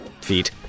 feet